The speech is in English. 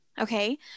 Okay